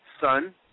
son